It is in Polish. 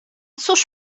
cóż